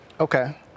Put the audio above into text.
Okay